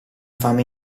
fame